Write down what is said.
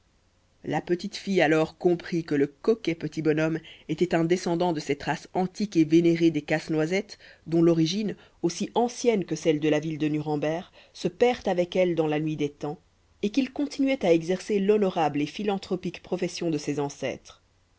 la petite fille alors comprit que le coquet petit bonhomme était un descendant de cette race antique et vénérée des casse noisettes dont l'origine aussi ancienne que celle de la ville de nuremberg se perd avec elle dans la nuit des temps et qu'il continuait à exercer l'honorable et philanthropique profession de ses ancêtres